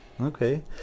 Okay